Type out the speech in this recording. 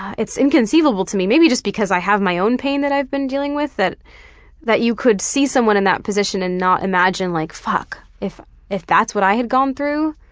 it's inconceivable to me, maybe just because i have my own pain that i've been dealing with, that that you could see someone in that position and not imagine like fuck, if if that's what i had gone through.